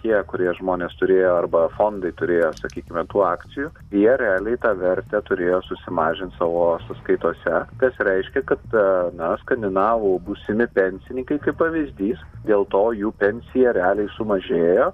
tie kurie žmonės turėjo arba fondai turėjo sakykime tų akcijų jie realiai tą vertę turėjo susimažint savo sąskaitose kas reiškia kad na skandinavų būsimi pensininkai kaip pavyzdys dėl to jų pensija realiai sumažėjo